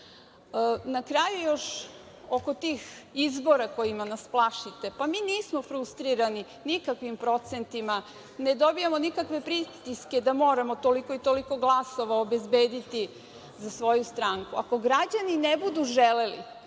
kraju još oko tih izbora kojima nas plašite, mi nismo frustrirani nikakvim procentima. Ne dobijamo nikakve pritiske da moramo toliko i toliko glasova obezbediti za svoju stranku. Ako građani ne budu želeli